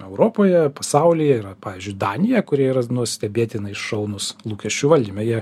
europoje pasaulyje yra pavyzdžiui danija kuri yra nu stebėtinai šaunūs lūkesčių valdyme jie